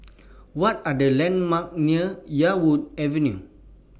What Are The landmarks near Yarwood Avenue